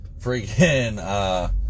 Freaking